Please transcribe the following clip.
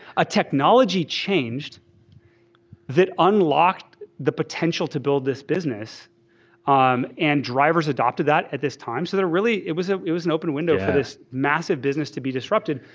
a technology changed that unlocked the potential to build this business um and drivers adopted that at this time. so really, it was ah it was an open window for this massive business to be disrupted.